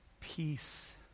peace